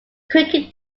cricket